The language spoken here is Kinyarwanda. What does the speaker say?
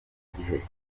gihe